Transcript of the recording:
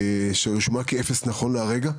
בעת שזו קרקע שרשומה כאפס נכון להרגע,